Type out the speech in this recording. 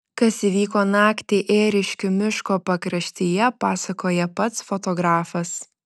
kas įvyko naktį ėriškių miško pakraštyje pasakoja pats fotografas